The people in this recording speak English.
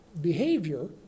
behavior